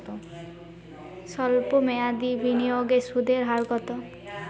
সল্প মেয়াদি বিনিয়োগে সুদের হার কত?